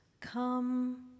come